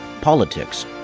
politics